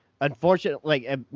unfortunately